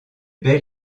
baies